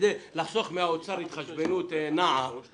כדי לחסוך מהאוצר התחשבנות --- אגב,